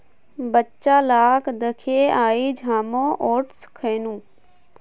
बच्चा लाक दखे आइज हामो ओट्स खैनु